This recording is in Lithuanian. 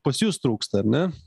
pas jus trūksta ar ne